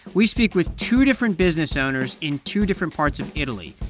we speak with two different business owners in two different parts of italy,